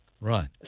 Right